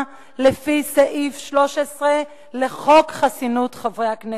לפי סעיף 13 לחוק חסינות חברי הכנסת,